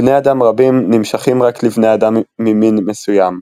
בני אדם רבים נמשכים רק לבני אדם ממין מסוים,